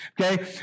okay